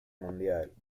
mundial